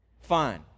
fine